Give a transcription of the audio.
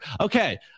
Okay